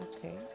Okay